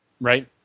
right